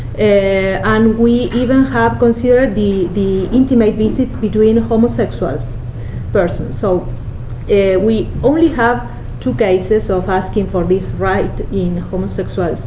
and we even have considered the the intimate visits between homosexual persons. so we only have two cases of asking for this right in homosexual